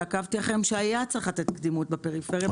והיה צריך לתת קדימות בפריפיה.